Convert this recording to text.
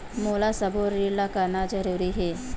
मोला सबो ऋण ला करना जरूरी हे?